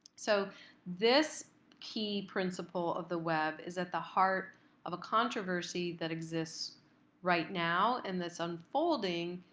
so this key principle of the web is at the heart of a controversy that exists right now and that's unfolding